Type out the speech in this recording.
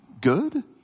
good